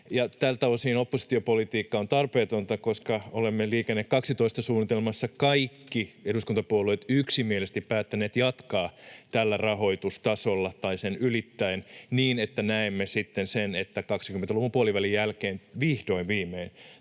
Tältä osin oppositiopolitiikka on tarpeetonta, koska olemme Liikenne 12 ‑suunnitelmassa kaikki eduskuntapuolueet yksimielisesti päättäneet jatkaa tällä rahoitustasolla tai sen ylittäen, niin että näemme sitten sen, että 20-luvun puolivälin jälkeen vihdoin viimein